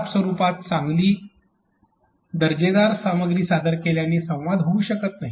खराब स्वरुपात चांगली दर्जेदार सामग्री सादर केल्याने संवाद होऊ शकत नाही